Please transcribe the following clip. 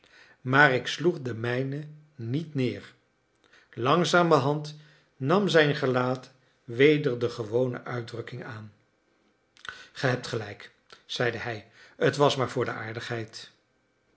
maar ik sloeg de mijne niet neer langzamerhand nam zijn gelaat weder de gewone uitdrukking aan ge hebt gelijk zeide hij t was maar voor de aardigheid